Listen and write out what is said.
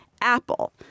Apple